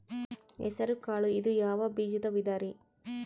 ಹೆಸರುಕಾಳು ಇದು ಯಾವ ಬೇಜದ ವಿಧರಿ?